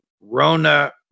Rona